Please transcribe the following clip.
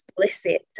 explicit